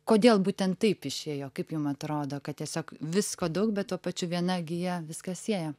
kodėl būtent taip išėjo kaip jum atrodo kad tiesiog visko daug bet tuo pačiu viena gija viską sieja